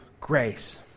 grace